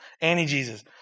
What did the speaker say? anti-Jesus